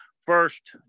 first